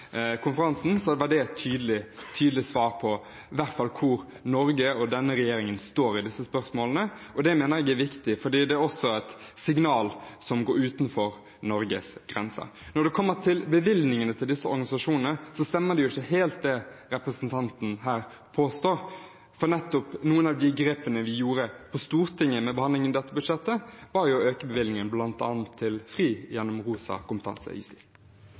konferansen, var det i hvert fall et tydelig svar på hvor Norge og denne regjeringen står i disse spørsmålene. Det mener jeg er viktig fordi det også er et signal som går utenfor Norges grenser. Når det gjelder bevilgningene til disse organisasjonene, stemmer det ikke helt, det representanten her påstår, for noen av de grepene vi gjorde på Stortinget ved behandlingen av dette budsjettet, var jo å øke bevilgningen til bl.a. FRI, gjennom Rosa kompetanse.